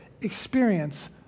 experience